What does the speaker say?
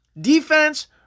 defense